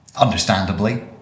understandably